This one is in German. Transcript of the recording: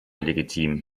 legitim